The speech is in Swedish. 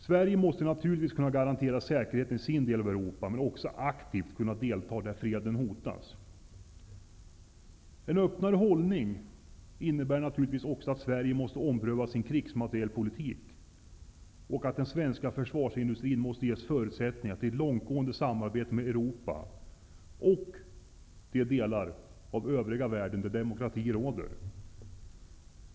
Sverige måste naturligtvis kunna garantera säkerheten i sin del av Europa men också aktivt kunna delta där freden hotas. En öppnare hållning innebär också att Sverige måste ompröva sin krigsmaterielpolitik och att den svenska försvarsindustrin måste ges förutsättningar till ett långtgående samarbete med Europa och de delar av övriga världen där demokrati råder.